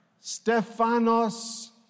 Stephanos